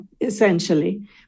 essentially